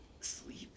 sleep